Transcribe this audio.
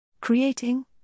Creating